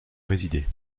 résider